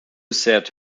said